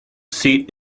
seat